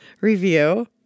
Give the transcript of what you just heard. review